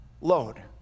load